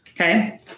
Okay